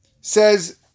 says